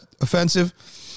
Offensive